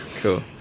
cool